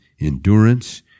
endurance